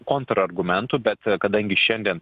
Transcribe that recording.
kontrargumentų bet kadangi šiandien